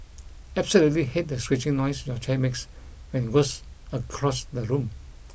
absolutely hate the screeching noise your chair makes when it was across the room